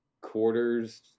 quarters